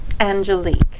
angelique